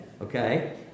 Okay